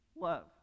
love